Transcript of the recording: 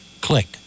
click